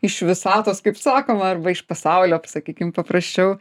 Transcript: iš visatos kaip sakoma arba iš pasaulio sakykim paprasčiau